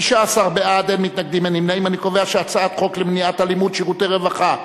להעביר את הצעת חוק למניעת אלימות (שירותי רווחה),